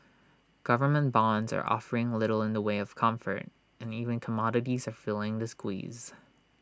government bonds are offering little in the way of comfort and even commodities are feeling the squeeze